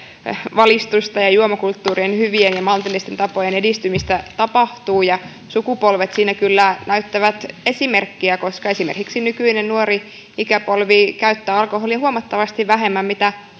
valistusta ja juomakulttuurin hyvien ja maltillisten tapojen edistymistä tapahtuu sukupolvet siinä kyllä näyttävät esimerkkiä koska esimerkiksi nykyinen nuori ikäpolvi käyttää alkoholia huomattavasti vähemmän kuin